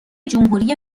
جمهوری